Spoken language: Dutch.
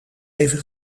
even